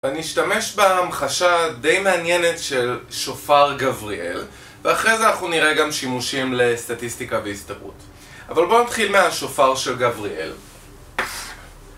אני אשתמש בהמחשה די מעניינת של שופר גבריאל ואחרי זה אנחנו נראה גם שימושים לסטטיסטיקה והסתברות אבל בואו נתחיל מהשופר של גבריאל